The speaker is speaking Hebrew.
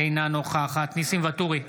אינה נוכחת ניסים ואטורי,